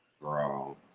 Bro